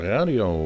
Radio